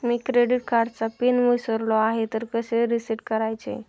मी credit कार्डचा PIN विसरलो आहे तर कसे रीसेट करायचे?